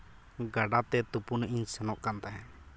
ᱜᱟᱰᱟᱛᱮ ᱛᱩᱯᱩᱱᱤᱧ ᱥᱮᱱᱚᱜ ᱠᱟᱱ ᱛᱟᱦᱮᱸᱜ